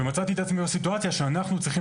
מצאתי את עצמי בסיטואציה שאנחנו צריכים